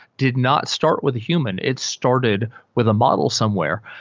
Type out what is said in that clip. did not start with a human. it started with a model somewhere.